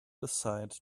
aside